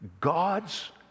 God's